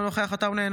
אינו נוכח יוסף עטאונה,